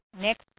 next